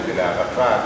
זה לא הבית שלך.